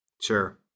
Sure